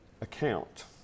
account